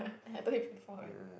I have told you before right